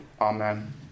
Amen